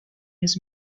his